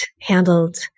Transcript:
handled